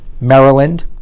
Maryland